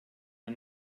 der